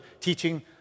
teaching